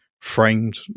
Framed